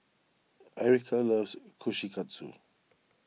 Ericka loves Kushikatsu